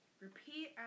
repeat